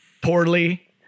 poorly